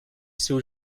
seu